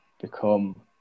become